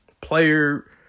player